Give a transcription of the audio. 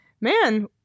man